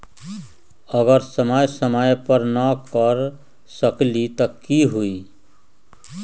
अगर समय समय पर न कर सकील त कि हुई?